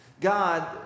God